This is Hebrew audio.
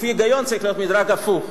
לפי ההיגיון צריך להיות מדרג הפוך,